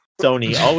Sony